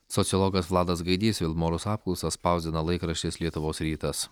sociologas vladas gaidys vilmorus apklausą spausdina laikraštis lietuvos rytas